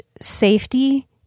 safety